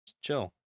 Chill